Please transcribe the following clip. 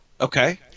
Okay